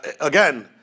Again